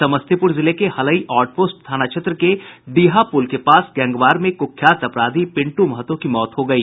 समस्तीपुर जिले के Halai outpost थाना क्षेत्र के डीहा पुल के पास गैंगवार में कुख्यात अपराधी पिंटू महतो की मौत हो गयी